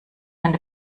eine